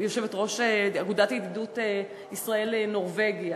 יושבת-ראש אגודת ידידות ישראל נורבגיה.